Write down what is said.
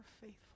faithful